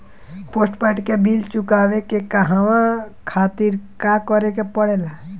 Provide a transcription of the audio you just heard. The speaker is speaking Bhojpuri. पोस्टपैड के बिल चुकावे के कहवा खातिर का करे के पड़ें ला?